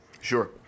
Sure